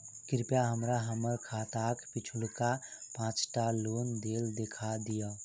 कृपया हमरा हम्मर खाताक पिछुलका पाँचटा लेन देन देखा दियऽ